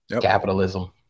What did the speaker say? capitalism